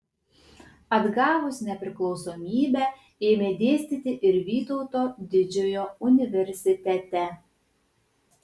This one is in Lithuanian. atgavus nepriklausomybę ėmė dėstyti ir vytauto didžiojo universitete